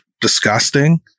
disgusting